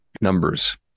Numbers